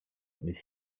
mais